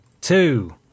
two